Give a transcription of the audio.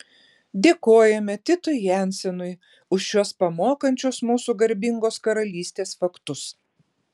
dėkojame titui jensenui už šiuos pamokančius mūsų garbingos karalystės faktus